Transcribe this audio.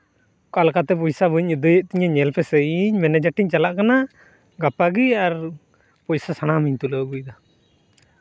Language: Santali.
ᱚᱠᱟ ᱞᱮᱠᱟᱛᱮ ᱯᱚᱭᱥᱟ ᱵᱟᱹᱧ ᱟᱹᱫᱟᱹᱭᱮᱫ ᱛᱤᱧᱟᱹ ᱧᱮᱞ ᱯᱮᱥᱮ ᱤᱧ ᱢᱮᱱᱮᱡᱟᱨ ᱴᱷᱮᱱ ᱤᱧ ᱪᱟᱞᱟᱜ ᱠᱟᱱᱟ ᱜᱟᱯᱟᱜᱮ ᱟᱨ ᱯᱚᱭᱥᱟ ᱥᱟᱱᱟᱢ ᱤᱧ ᱛᱩᱞᱟᱹᱣ ᱟᱹᱜᱩᱭᱮᱫᱟ